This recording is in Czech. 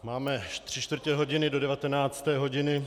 Máme tři čtvrtě hodiny do 19. hodiny.